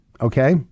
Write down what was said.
Okay